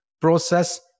process